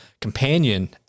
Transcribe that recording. companion